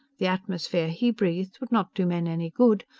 the atmosphere he breathed would not do men any good,